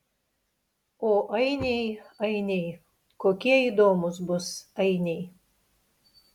o ainiai ainiai kokie įdomūs bus ainiai